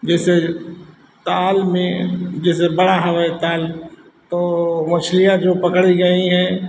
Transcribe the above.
जैसे ताल में जैसे बड़ा है ताल तो मछलियाँ जो पकड़ी गई हैं